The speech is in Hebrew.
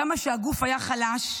כמה שהגוף היה חלש,